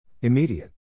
Immediate